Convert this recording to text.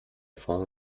fond